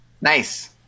Nice